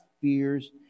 fears